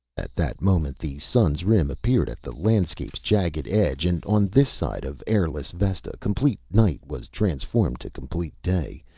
at that moment the sun's rim appeared at the landscape's jagged edge, and on this side of airless vesta complete night was transformed to complete day,